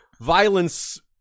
violence